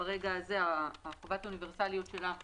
מרגע זה חובת האוניברסליות שלה מתבטלת.